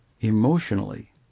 emotionally